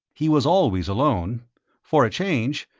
he was always alone for a change,